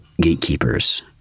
gatekeepers